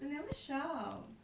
I never shout